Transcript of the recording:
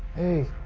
hey,